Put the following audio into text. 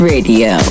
Radio